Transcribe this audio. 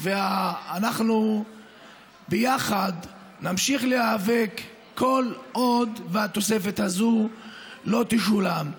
אנחנו ביחד נמשיך להיאבק כל עוד התוספת הזאת לא תשולם.